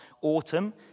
autumn